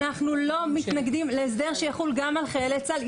אנחנו לא מתנגדים להסדר שיחול גם על חיילי צה"ל.